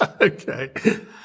Okay